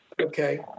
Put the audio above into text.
okay